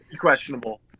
questionable